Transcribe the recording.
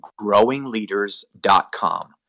growingleaders.com